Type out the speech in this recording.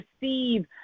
receive